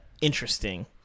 interesting